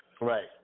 Right